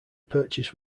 purchase